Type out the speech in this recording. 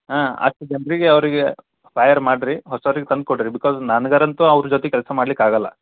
ಹಾಂ ಅಷ್ಟು ಜನರಿಗೆ ಅವರಿಗೆ ಫಯರ್ ಮಾಡಿರಿ ಹೊಸರಿಗೆ ತಂದು ಕೊಡಿರಿ ಬಿಕಾಸ್ ನನ್ಗರ ಅಂತೂ ಅವ್ರ ಜೊತಿಗೆ ಕೆಲಸ ಮಾಡ್ಲಿಕ್ಕೆ ಆಗೋಲ್ಲ